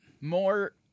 more